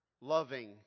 loving